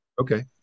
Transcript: Okay